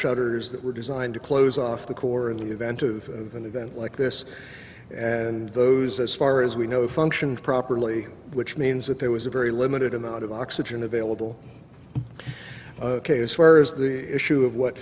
shutters that were designed to close off the core in the event of an event like this and those as far as we know functioned properly which means that there was a very limited amount of oxygen available case where is the issue of what